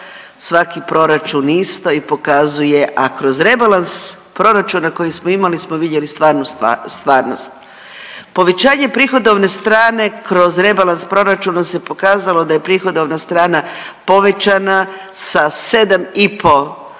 svaki proračun isto i pokazuje, a kroz rebalans proračuna koji smo imali smo vidjeli stvarnu stvarnost. Povećanje prihodovne strane kroz rebalans proračuna se pokazalo da je prihodovna strana povećana sa 7,5